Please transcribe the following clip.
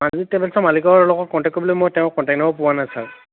প্ৰাণজিৎ ট্ৰেভেলচৰ মালিকৰ লগত কণ্টেক্ট কৰিবলৈ মই তেওঁৰ কন্টেক্ট নম্বৰ পোৱা নাই ছাৰ